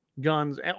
guns